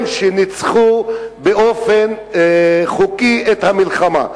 הם שניצחו באופן חוקי את המלחמה.